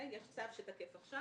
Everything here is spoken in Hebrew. יש צו שתקף עכשיו.